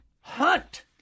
hunt